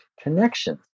connections